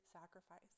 sacrifice